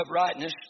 uprightness